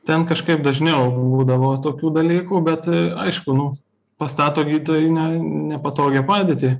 ten kažkaip dažniau būdavo tokių dalykų bet aišku nu pastato gydytoją į ne nepatogią padėtį